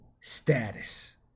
status